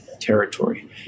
territory